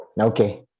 Okay